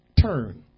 turn